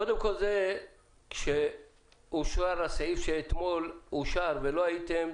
קודם כל כשאושר הסעיף של אתמול ולא הייתם,